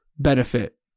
benefit